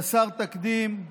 חסר תקדים,